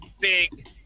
big